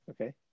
Okay